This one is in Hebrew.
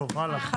טוב, הלאה.